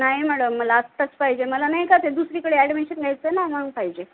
नाही मॅडम मला आत्ताच पाहिजे मला नाही का ते दुसरीकडे ॲडमिशन घ्यायचं आहे ना म्हणून पाहिजे